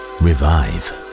revive